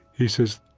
he says,